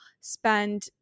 spend